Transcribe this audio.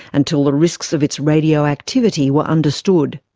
until the risks of its radioactivity were understood.